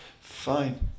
fine